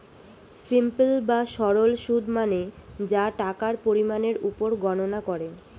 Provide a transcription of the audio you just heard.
simple বা সরল সুদ মানে যা টাকার পরিমাণের উপর গণনা করে